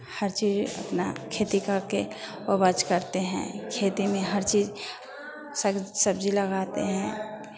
हर चीज़ अपनी खेती करके उपज करते हैं खेती में हर चीज़ साग सब्ज़ी लगाते हैं